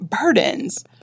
burdens